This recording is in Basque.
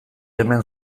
hemen